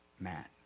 Matt